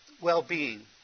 well-being